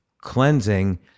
cleansing